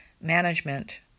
management